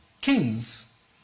Kings